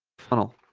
funnel